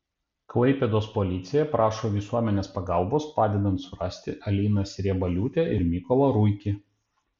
klaipėdos policija prašo visuomenės pagalbos padedant surasti aliną sriebaliūtę ir mykolą ruikį